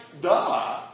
duh